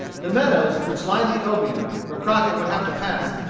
the meadows which lined the obion, where crockett would have to pass,